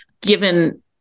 given